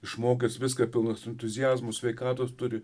išmokęs viską pilnas entuziazmo sveikatos turi